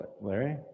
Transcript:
Larry